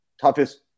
toughest